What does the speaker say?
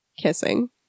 kissing